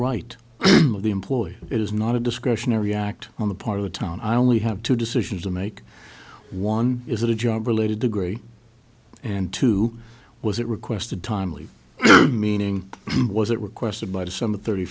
right of the employee is not a discretionary act on the part of the town i only have two decisions to make one is a job related degree and two was it requested timely meaning was it requested by the sum of thirty